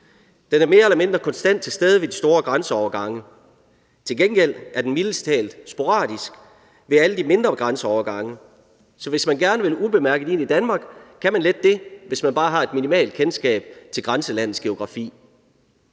Den er mere eller mindre konstant til stede ved de store grænseovergange. Til gengæld er den mildest talt sporadisk ved alle de mindre grænseovergange. Så hvis man gerne vil ubemærket ind i Danmark, kan man let komme det, hvis man bare har et minimalt kendskab til grænselandets geografi.